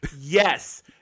Yes